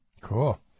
Cool